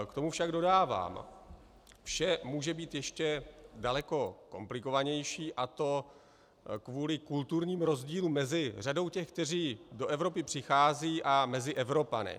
K tomu však dodávám vše může být ještě daleko komplikovanější, a to kvůli kulturním rozdílům mezi řadou těch, kteří do Evropy přicházejí, a Evropany.